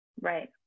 Right